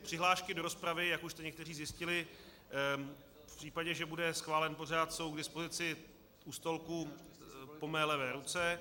Přihlášky do rozpravy, jak už jste někteří zjistili, v případě, že bude schválen pořad, jsou k dispozici u stolku po mé levé ruce.